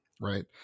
Right